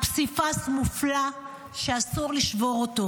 הוא פסיפס מופלא שאסור לשבור אותו.